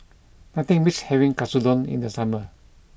nothing beats having Katsudon in the summer